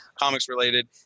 comics-related